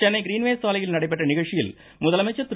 Chennai Greenways சாலையில் நடைபெற்ற நிகழ்ச்சியில் முதலமைச்சர் கிரு